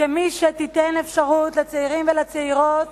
כמי שתיתן אפשרות לצעירים ולצעירות,